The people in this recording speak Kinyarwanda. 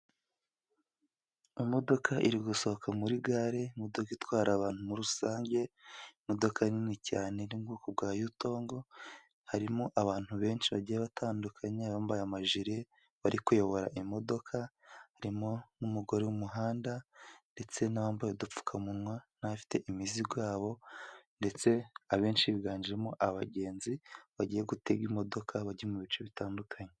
Imodoka iri gusohoka muri gare, imodoka itwara abantu muri rusange, imodoka nini cyane iri mu bwoko bwa yutongo harimo abantu benshi bagiye batandukanye, abambaye amajire bari kuyobora imodoka harimo n'umugore uri mu muhanda ndetse n'abambaye udupfukamunwa, n'abafite imizigo yabo ndetse abenshi biganjemo abagenzi bagiye gutega imodoka bagiye mu bice bitandukanye.